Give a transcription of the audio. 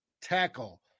tackle